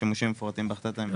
השימושים מפורטים בהחלטת הממשלה.